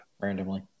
Randomly